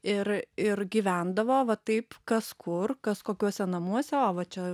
ir ir gyvendavo va taip kas kur kas kokiuose namuose o va čia